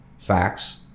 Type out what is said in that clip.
Facts